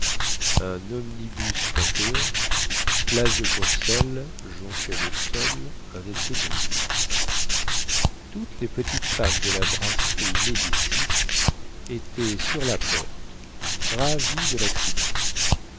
un omnibus panthéon place courcelles jonchait le sol un essieu brisé toutes les petites femmes de la brasserie médicis étaient sur la porte ravies de laccident